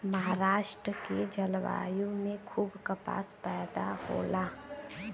महाराष्ट्र के जलवायु में खूब कपास पैदा होला